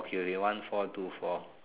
okay okay one four two four